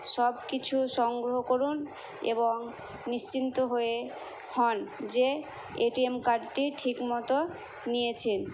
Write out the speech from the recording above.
সব কিছু সংগ্রহ করুন এবং নিশ্চিন্ত হয়ে হন যে এটিএম কার্ডটি ঠিক মতো নিয়েছেন